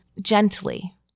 gently